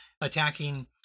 attacking